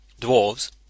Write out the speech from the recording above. dwarves